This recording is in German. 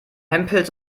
hempels